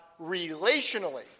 relationally